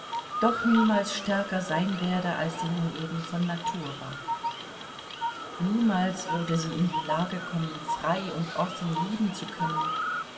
doch niemals stärker sein werde als sie nun eben von natur war niemals würde sie in die lage kommen frei und offen lieben zu können